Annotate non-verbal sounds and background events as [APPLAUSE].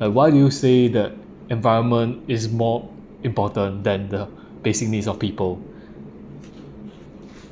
uh why do you say that environment is more important than the [BREATH] basic needs of people [BREATH]